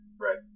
right